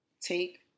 take